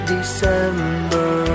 December